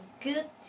good